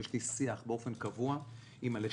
שיש לי שיח באופן קבוע עם הלשכות.